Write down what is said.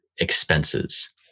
expenses